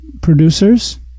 producers